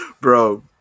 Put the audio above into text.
bro